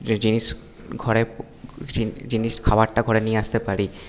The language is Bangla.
জিনিস ঘরে জিনিস খাবারটা ঘরে নিয়ে আসতে পারি